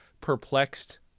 perplexed